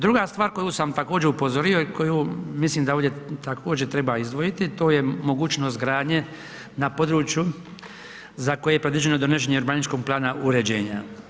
Druga stvar, koju sam također upozorio i koju mislim da ovdje također treba izdvojiti to je mogućnost gradnje na području za koje je predviđeno donošenje urbanističkog plana uređenja.